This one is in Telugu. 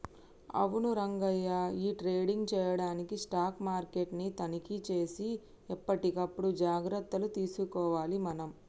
అవును రంగయ్య ఈ ట్రేడింగ్ చేయడానికి స్టాక్ మార్కెట్ ని తనిఖీ సేసి ఎప్పటికప్పుడు జాగ్రత్తలు తీసుకోవాలి మనం